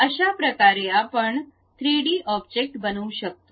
अशाप्रकारे आपण 3 D object बनवू शकतो